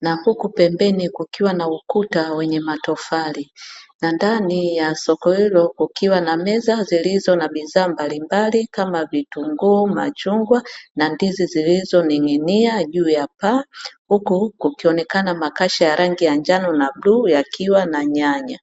Na huku pembeni kukiwa na ukuta wenye matofali. Na ndani ya soko hilo kukiwa na meza zilizo na bidhaa mbalimbali kama vitunguu, machungwa, na ndizi zilizoning'inia juu ya paa. Huku kukionekana makasha ya rangi ya njano na bluu yakiwa na nyanya.